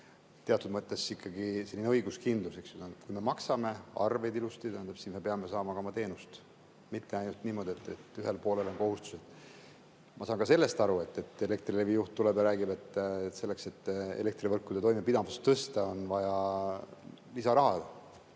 teatud mõttes ikkagi selline õiguskindlus. Kui me maksame arveid ilusti, siis me peame saama ka oma teenust, mitte ainult niimoodi, et ühel poolel on kohustused. Ma saan ka sellest aru, kui Elektrilevi juht tuleb ja räägib, et elektrivõrkude toimepidevuse tõstmiseks on vaja lisaraha.